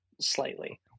slightly